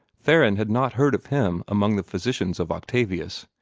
theron had not heard of him among the physicians of octavius.